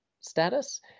status